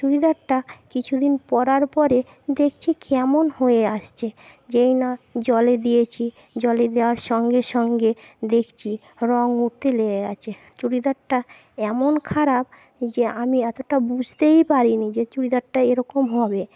চুড়িদারটা কিছুদিন পরার পরে দেখছি কেমন হয়ে আসছে যেই না জলে দিয়েছি জলে দেওয়ার সঙ্গে সঙ্গে দেখছি রঙ উঠতে লেগে গেছে চুড়িদারটা এমন খারাপ যে আমি এতটা বুঝতেই পারিনি যে চুড়িদারটা এরকম হবে